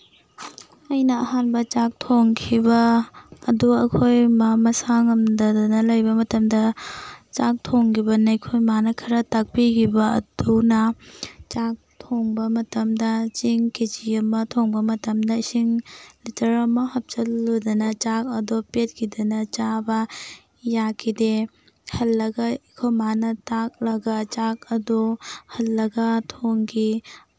ꯑꯩꯅ ꯑꯍꯥꯟꯕ ꯆꯥꯛ ꯊꯣꯡꯈꯤꯕ ꯑꯗꯨ ꯑꯩꯈꯣꯏ ꯃꯥ ꯃꯁꯥ ꯉꯝꯗꯗꯅ ꯂꯩꯕ ꯃꯇꯝꯗ ꯆꯥꯛ ꯊꯣꯡꯈꯤꯕꯅꯤ ꯑꯩꯈꯣꯏ ꯃꯥꯅ ꯈꯔ ꯇꯥꯛꯄꯤꯈꯤꯕ ꯑꯗꯨꯅ ꯆꯥꯛ ꯊꯣꯡꯕ ꯃꯇꯝꯗ ꯆꯦꯡ ꯀꯦ ꯖꯤ ꯑꯃ ꯊꯣꯡꯕ ꯃꯇꯝꯗ ꯏꯁꯤꯡ ꯂꯤꯇꯔ ꯑꯃ ꯍꯥꯞꯆꯤꯜꯂꯨꯗꯅ ꯆꯥꯛ ꯑꯗꯣ ꯄꯦꯠꯈꯤꯗꯅ ꯆꯥꯕ ꯌꯥꯈꯤꯗꯦ ꯍꯜꯂꯒ ꯑꯩꯈꯣꯏ ꯃꯥꯅ ꯇꯥꯛꯂꯒ ꯆꯥꯛ ꯑꯗꯣ ꯍꯜꯂꯒ ꯊꯣꯡꯈꯤ